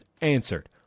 answered